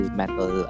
metal